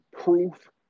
proof